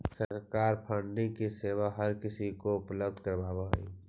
सरकार फंडिंग की सेवा हर किसी को उपलब्ध करावअ हई